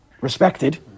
respected